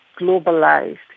globalized